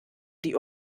die